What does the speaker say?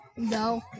No